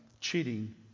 cheating